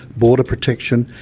border protection,